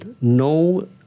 no